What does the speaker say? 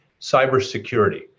cybersecurity